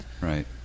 right